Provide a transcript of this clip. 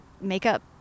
makeup